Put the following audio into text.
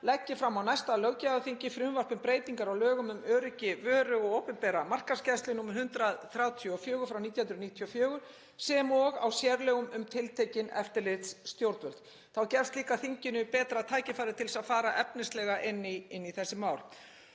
leggi fram á næsta löggjafarþingi frumvarp um breytingar á lögum um öryggi vöru og opinbera markaðsgæslu, nr. 134/1994, sem og á sérlögum um tiltekin eftirlitsstjórnvöld. Þá gefst þinginu líka betra tækifæri til þess að fara efnislega inn í þessi mál.